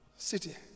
city